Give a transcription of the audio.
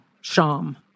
sham